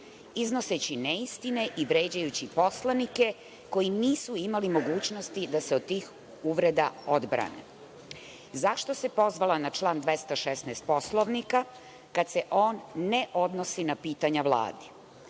iznoseći neistine i vređajući poslanike koji nisu imali mogućnosti da se od tih uvreda odbrane? Zašto se pozvala na član 216. Poslovnika kad se on ne odnosi na pitanja Vladi?